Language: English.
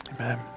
Amen